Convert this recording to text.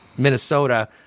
Minnesota